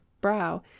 brow